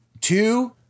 Two